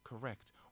Correct